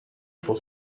for